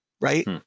right